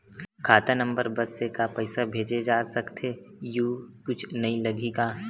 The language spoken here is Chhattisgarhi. खाता नंबर बस से का पईसा भेजे जा सकथे एयू कुछ नई लगही का?